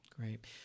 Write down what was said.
Great